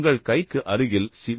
உங்கள் கைக்கு அருகில் சி